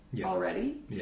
already